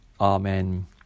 Amen